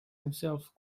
himself